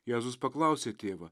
jėzus paklausė tėvą